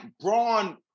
Braun